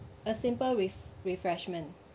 a simple ref~ refreshment